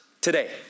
today